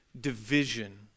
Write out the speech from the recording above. division